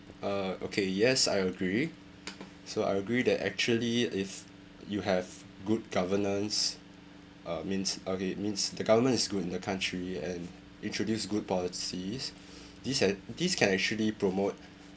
uh okay yes I agree so I agree that actually if you have good governance uh means okay means the government is good in the country and introduce good policies this had this can actually promote